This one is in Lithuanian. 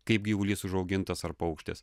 kaip gyvulys užaugintas ar paukštis